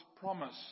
promise